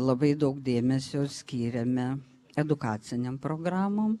labai daug dėmesio skiriame edukacinėm programom